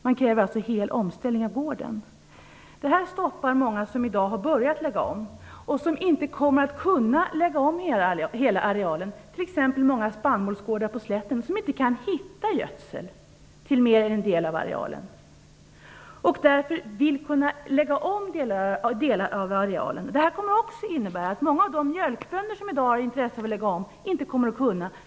Man kräver en helomställning av gården. Det stoppar många som i dag har börjat att lägga om och som inte kommer att kunna lägga om hela arealen, t.ex. många spannmålsgårdar på slätten som inte kan hitta gödsel till mer än en del av arealen och därför vill kunna lägga om delar av arealen. Det kommer att innebära att många av de mjölkbönder som i dag har intresse av att lägga om inte kommer att kunna.